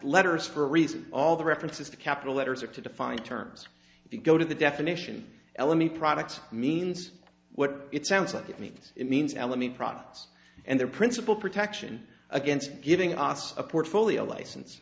letters for a reason all the references to capital letters are to define terms if you go to the definition element products means what it sounds like it means it means and let me products and their principal protection against giving us a portfolio license